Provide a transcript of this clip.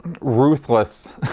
ruthless